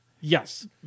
Yes